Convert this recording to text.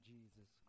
Jesus